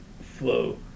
flow